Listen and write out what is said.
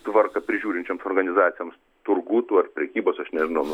tvarką prižiūrinčioms organizacijoms turgų tų ar prekybos aš nežinau nu